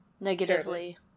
negatively